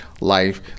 life